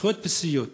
זכויות בסיסיות.